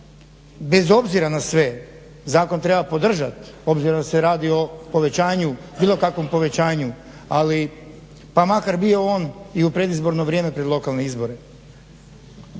bez obzira na sve zakon treba podržati obzirom da se radi o bilo kakvom povećanju pa makar bio on i u predizborno vrijeme pred lokalne izbore.